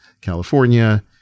California